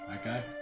okay